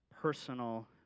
personal